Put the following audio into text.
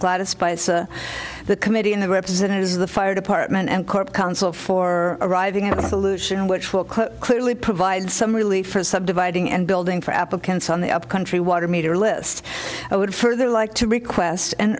gladdest by the committee and the representatives of the fire department and court council for arriving at a solution which will clearly provide some relief for subdividing and building for applicants on the upcountry water meter list i would further like to request and